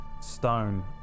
stone